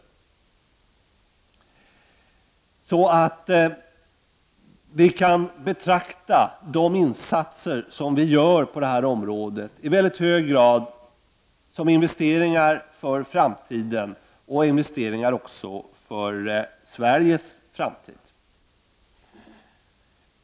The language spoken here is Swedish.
Vi kan således i mycket hög grad betrakta de insatser som vi gör på det här området som investeringar för framtiden, också för Sveriges framtid.